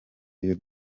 iyo